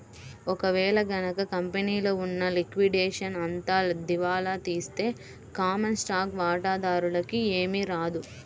ఒక వేళ గనక కంపెనీలో ఉన్న లిక్విడేషన్ అంతా దివాలా తీస్తే కామన్ స్టాక్ వాటాదారులకి ఏమీ రాదు